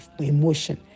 emotion